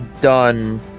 done